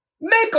Make